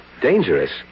Dangerous